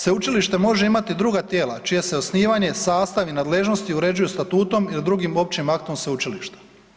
Sveučilište može imati druga tijela čije se osnivanje, sastav i nadležnost uređuje statutom i drugim općim aktom sveučilišta.